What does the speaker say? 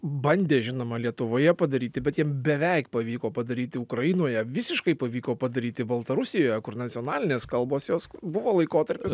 bandė žinoma lietuvoje padaryti bet jiem beveik pavyko padaryti ukrainoje visiškai pavyko padaryti baltarusijoje kur nacionalinės kalbos jos buvo laikotarpis